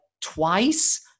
twice